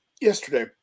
yesterday